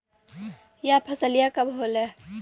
यह फसलिया कब होले?